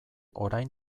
orain